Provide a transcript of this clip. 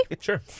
Sure